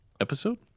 episode